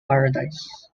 paradise